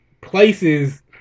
places